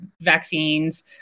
vaccines